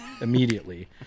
immediately